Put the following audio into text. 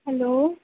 hello